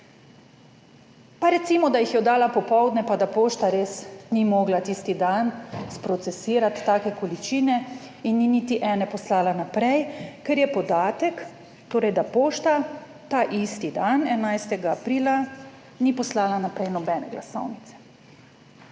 Pa recimo, da jih je dala popoldne, pa da pošta res ni mogla tisti dan sprocesirati take količine in ni niti ene poslala naprej - ker je podatek torej, da pošta ta isti dan, 11. aprila, ni poslala naprej nobene glasovnice.